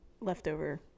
leftover